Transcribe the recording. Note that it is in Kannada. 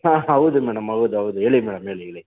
ಹಾಂ ಹೌದು ಮೇಡಂ ಹೌದು ಹೌದು ಹೇಳಿ ಮೇಡಂ ಹೇಳಿ ಹೇಳಿ